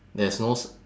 there's no s~